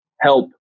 help